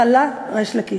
חלה ריש לקיש.